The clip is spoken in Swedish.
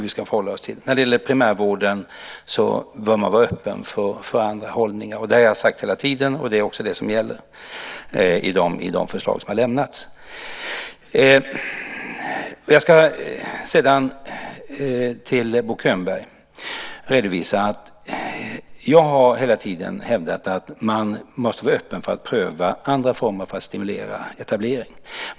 När det gäller primärvården bör man vara öppen för andra hållningar. Det har jag sagt hela tiden. Det är också det som gäller i de förslag som har lämnats. Jag ska redovisa för Bo Könberg att jag hela tiden har hävdat att man måste vara öppen för att pröva andra former för att stimulera etablering.